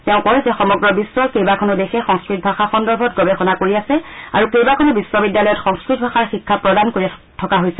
তেওঁ কয় যে সমগ্ৰ বিশ্বৰ কেইবাখনো দেশে সংস্থত ভাষা সন্দৰ্ভত গৱেষণা কৰি আছে আৰু কেইবাখনো বিশ্ববিদ্যালয়ত সংস্থত ভাষাৰ শিক্ষা প্ৰদান কৰি থকা হৈছে